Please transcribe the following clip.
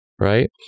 Right